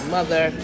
Mother